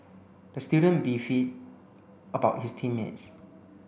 the student about his team mates